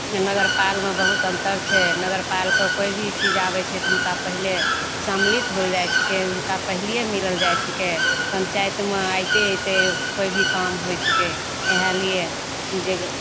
नगरपालमे बहुत अन्तर छै नगरपालके कोइ भी चीज आबै छै तऽ हुनका पहिले सम्मिलित होल जाइ छिकै हुनका पहिलैए मिलल जाइ छिकै पञ्चाइतमे अएतै अएतै कोइ भी काम होइ छिकै इएहलिए जे